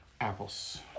apples